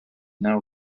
now